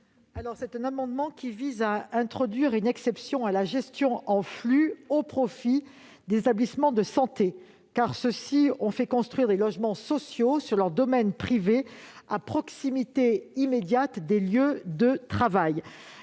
Cet amendement vise à introduire une exception à la gestion en flux au profit des établissements de santé, car ceux-ci ont fait construire des logements sociaux sur leur domaine privé, à proximité immédiate des lieux de travail.